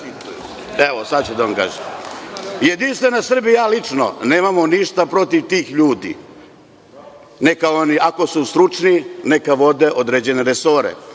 sad ću da vam kažem. Jedinstvena Srbija i ja lično, nemamo ništa protiv tih ljudi, ako su stručni neka vode određene resore,